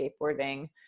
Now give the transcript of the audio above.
skateboarding